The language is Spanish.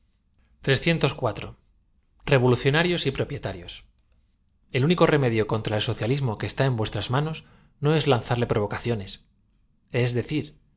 evclu ciona rios y propietarios e l único remedio contra el soctaliimo que está en vuestras manos no es lanzarle provocacioues es de